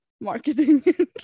marketing